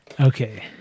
Okay